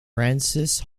francis